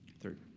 Third